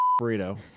burrito